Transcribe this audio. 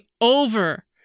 over